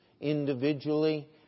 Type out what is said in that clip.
Individually